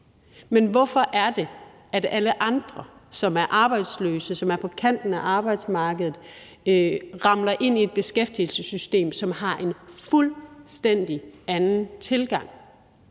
Men hvorfor er det, at alle andre, som er arbejdsløse, som er på kanten af arbejdsmarkedet, ramler ind i et beskæftigelsessystem, som har en fuldstændig anden tilgang,